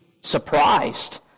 surprised